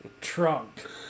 trunk